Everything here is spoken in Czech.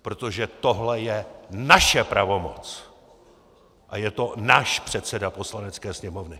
Protože tohle je naše pravomoc a je to náš předseda Poslanecké sněmovny!